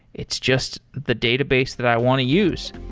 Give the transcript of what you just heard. it's just the database that i want to use.